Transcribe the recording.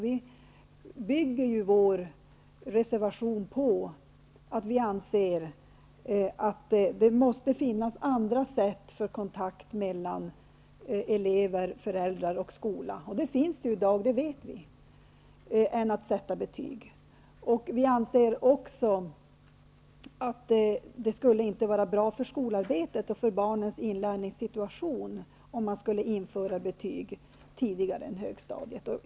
Vi bygger vår reservation på att vi anser att det måste finnas andra sätt för kontakt mellan elever, föräldrar och skola än att sätta betyg. Det finns det i dag, det vet vi. Vi anser också att det inte skulle vara bra för skolarbetet och för barnens inlärningssituation, om man skulle införa betyg tidigare än i högstadiet.